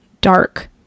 dark